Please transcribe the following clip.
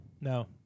no